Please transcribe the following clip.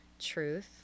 truth